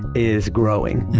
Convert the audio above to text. is growing.